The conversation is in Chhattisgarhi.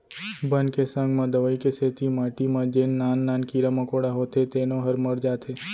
बन के संग म दवई के सेती माटी म जेन नान नान कीरा मकोड़ा होथे तेनो ह मर जाथें